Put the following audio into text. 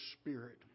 spirit